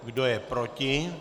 Kdo je proti?